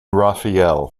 rafael